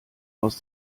aus